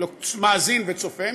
מאזין וצופה,